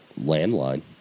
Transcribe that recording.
landline